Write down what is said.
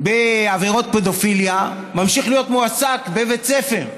בעבירות פדופיליה ממשיך להיות מועסק בבית ספר.